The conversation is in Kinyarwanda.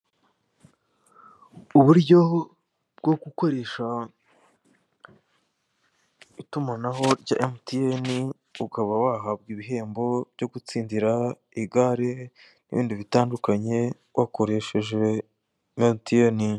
Uburyo bwo gukoresha itumanaho rya mtn ukaba wahabwa ibihembo byo gutsindira igare n'ibindi bitandukanye wakoresheje mtn.